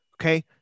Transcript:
Okay